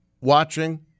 watching